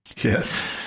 Yes